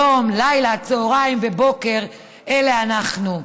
יום, לילה, צוהריים ובוקר אלה אנחנו.